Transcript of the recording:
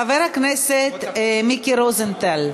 חבר הכנסת מיקי רוזנטל,